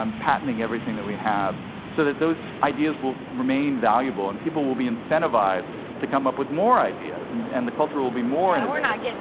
um patenting everything that we have so that those ideas will remain valuable, and people will be incentivized to come up with more ideas, and and the culture will be more innovative.